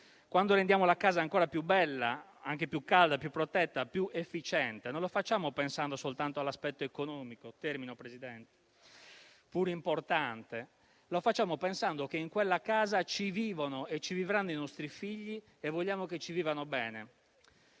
Quando rendiamo la casa ancora più bella, anche più calda, più protetta, più efficiente, non lo facciamo pensando soltanto all'aspetto economico, pur importante, ma pensando che in quella casa ci vivono e ci vivranno i nostri figli e vogliamo che ci vivano bene.